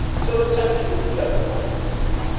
so essentially the generals acquiesce.